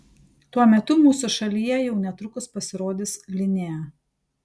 tuo metu mūsų šalyje jau netrukus pasirodys linea